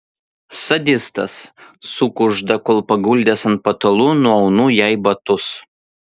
sadistas sukužda kol paguldęs ant patalų nuaunu jai batus